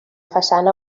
façana